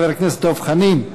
חבר הכנסת דב חנין,